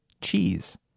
cheese